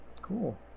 Cool